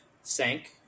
sank